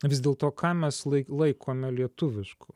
vis dėlto ką mes lai laikome lietuvišku